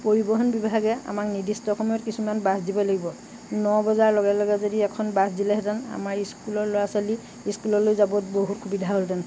পৰিবহন বিভাগে আমাক নিৰ্দিষ্ট সময়ত কিছুমান বাছ দিব লাগিব ন বজাৰ লগে লগে যদি এখন বাছ দিলেহেঁতেন আমাৰ স্কুলৰ ল'ৰা ছোৱালী স্কুললৈ যাবত বহুত সুবিধা হ'লহেঁতেন